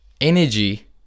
energy